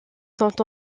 sont